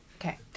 Okay